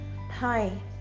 hi